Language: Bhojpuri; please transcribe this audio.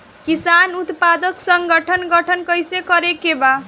किसान उत्पादक संगठन गठन कैसे करके बा?